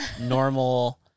normal